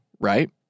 right